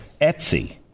Etsy